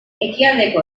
ekialdeko